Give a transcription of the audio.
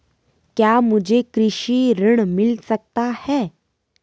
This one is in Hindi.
क्या मुझे कृषि ऋण मिल सकता है?